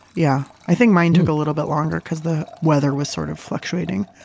yeah. i think mine took a little bit longer because the weather was sort of fluctuating.